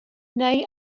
neu